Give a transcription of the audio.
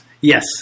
yes